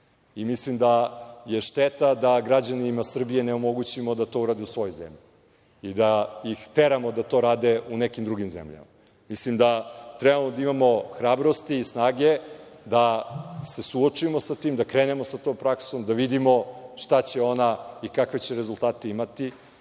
Mislim da je šteta da građanima Srbije ne omogućimo da to urade u svojoj zemlji i da ih teramo da to rade u nekim drugim zemljama. Mislim da treba da imamo hrabrosti i snage da se suočimo sa tim, da krenemo sa tom praksom, da vidimo šta će ona i kakve će rezultate imati.